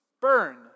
burn